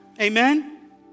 Amen